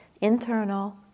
internal